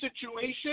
situation